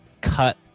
cut